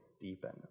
deepen